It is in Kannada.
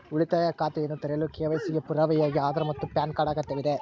ಉಳಿತಾಯ ಖಾತೆಯನ್ನು ತೆರೆಯಲು ಕೆ.ವೈ.ಸಿ ಗೆ ಪುರಾವೆಯಾಗಿ ಆಧಾರ್ ಮತ್ತು ಪ್ಯಾನ್ ಕಾರ್ಡ್ ಅಗತ್ಯವಿದೆ